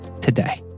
today